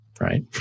right